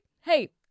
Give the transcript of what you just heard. Hey